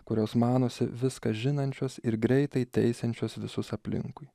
kurios manosi viską žinančios ir greitai teisiančios visus aplinkui